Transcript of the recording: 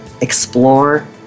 Explore